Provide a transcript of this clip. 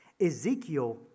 Ezekiel